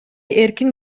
эркин